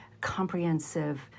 comprehensive